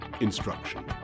instruction